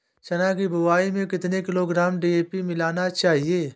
चना की बुवाई में कितनी किलोग्राम डी.ए.पी मिलाना चाहिए?